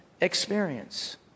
experience